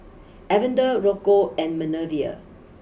Evander Rocco and Minervia